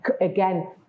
again